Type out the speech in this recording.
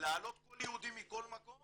להעלות כל יהודי מכל מקום